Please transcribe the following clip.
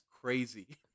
crazy